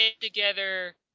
together